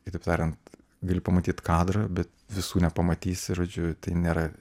kitaip tariant gali pamatyt kadrą bet visų nepamatysi žodžiu tai nėra